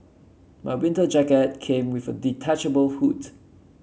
my winter jacket came with a detachable hoods